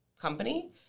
company